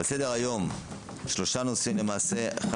על סדר היום שלושה נושאים: א.